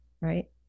right